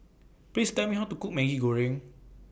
Please Tell Me How to Cook Maggi Goreng